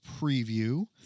preview